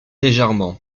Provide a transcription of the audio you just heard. légèrement